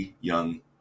young